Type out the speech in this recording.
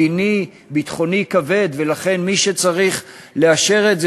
מדיני-ביטחוני כבד ולכן מי שצריך לאשר את זה,